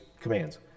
commands